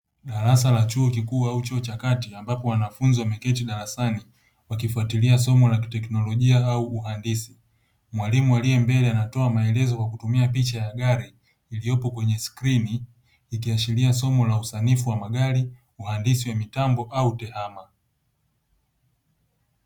Darasa la chuo kikuu au chuo cha kati ambapo wanafunzi wameketi darasani wakifatilia somo la kiteknolojia au uhandisi, mwalimu aliye mbele anatoa maelezo kwa kutumia picha ya gari iliyopo kwenye skrini ikiashiria somo la usanifu wa magari, uhandisi wa mitambo au tehama.